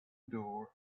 door